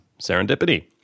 serendipity